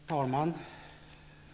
Herr talman!